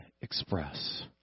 express